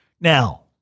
Now